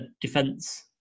defense